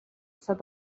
said